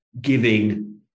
giving